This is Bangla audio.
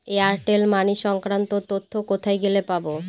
এয়ারটেল মানি সংক্রান্ত তথ্য কোথায় গেলে পাব?